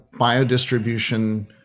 biodistribution